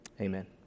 Amen